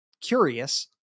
curious